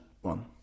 one